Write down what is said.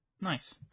Nice